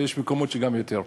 ויש מקומות שגם ביותר.